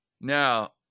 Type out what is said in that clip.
now